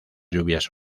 lluvias